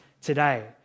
today